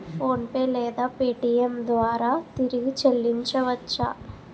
PhonePe లేదా Paytm ద్వారా తిరిగి చల్లించవచ్చ?